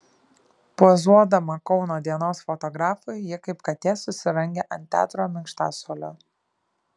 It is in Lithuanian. pozuodama kauno dienos fotografui ji kaip katė susirangė ant teatro minkštasuolio